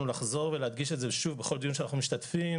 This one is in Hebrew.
לחזור ולהדגיש את זה שוב בכל דיון שאנחנו משתתפים,